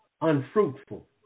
unfruitful